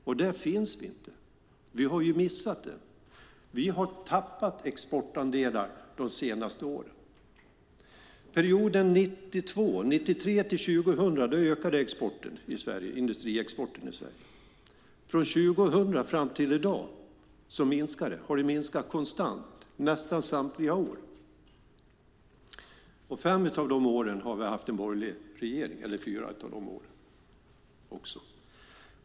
Men där finns vi inte. Vi har missat det. Vi har tappat exportandelar de senaste åren. Under perioden 1993-2000 ökade industriexporten från Sverige. Från 2000 fram till i dag har den minskat konstant nästan samtliga år. Under fyra av de åren har vi haft en borgerlig regering.